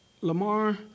Lamar